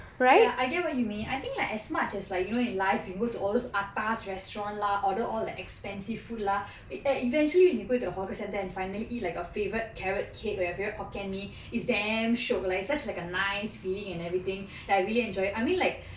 ya I get what you mean I think like as much as like you know in life you go to all those atas restaurant lah order all the expensive food lah and eventually when you go to the hawker centre and finally eat like your favourite carrot cake or your favourite hokkien mee is damn shiok like it's such like a nice feeling and everything that I really enjoy I mean like